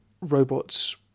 robots